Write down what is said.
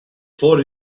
for